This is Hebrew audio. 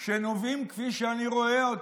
שנובעים, כפי שאני רואה אותם,